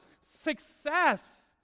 Success